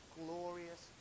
glorious